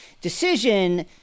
decision